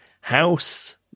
house